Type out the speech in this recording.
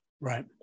Right